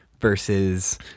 versus